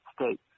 States